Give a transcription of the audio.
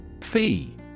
Fee